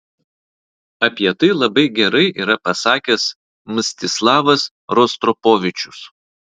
apie tai labai gerai yra pasakęs mstislavas rostropovičius